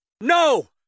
No